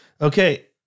okay